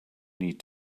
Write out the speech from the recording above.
need